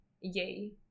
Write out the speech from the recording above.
yay